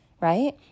right